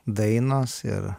dainos ir